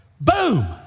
boom